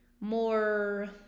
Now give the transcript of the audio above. more